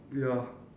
ya